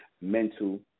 mental